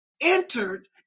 entered